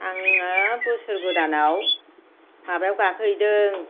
आङो बोसोर गोदानाव माबायाव गाखोहैदों